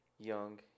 Young